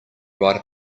write